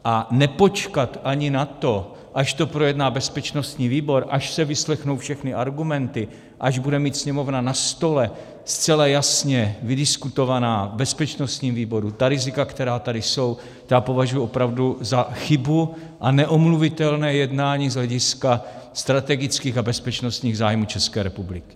A nepočkat ani na to, až to projedná bezpečnostní výbor, až se vyslechnou všechny argumenty, až bude mít Sněmovna na stole zcela jasně vydiskutovaná na bezpečnostním výboru ta rizika, která tady jsou, to já považuji opravdu za chybu a neomluvitelné jednání z hlediska strategických a bezpečnostních zájmů České republiky.